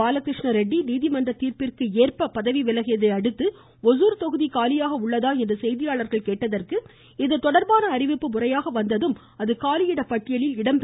பாலகிருஷ்ண ரெட்டி நீதிமன்ற தீர்ப்பிற்கு ஏற்ப பதவி விலகியதை அடுத்து ஒசூர் தொகுதி காலியாக உள்ளதா என்று செய்தியாளர் கேட்டதற்கு இதுதொடர்பான அறிவிப்பு முறையாக வந்தததும் அது காலியிடம் பட்டியலில் சேர்க்கப்படும் என்றார்